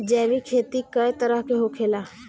जैविक खेती कए तरह के होखेला?